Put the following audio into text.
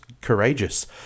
courageous